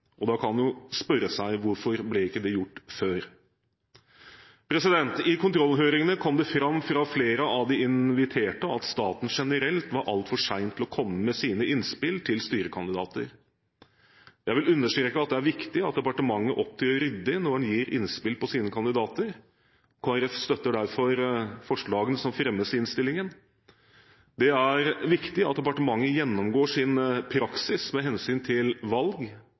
Da kan man spørre seg hvorfor det ikke ble gjort før. I kontrollhøringene kom det fram fra flere av de inviterte at staten generelt var alt for sen med å komme med sine innspill til styrekandidater. Jeg vil understreke at det er viktig at departementet opptrer ryddig når en gir innspill på sine kandidater. Kristelig Folkeparti støtter derfor forslagene som fremmes i innstillingen. Det er viktig at departementet gjennomgår sin praksis med hensyn til valg